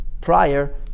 prior